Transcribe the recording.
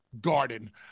Garden